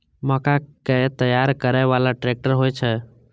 मक्का कै तैयार करै बाला ट्रेक्टर होय छै?